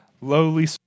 lowly